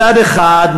מצד אחד,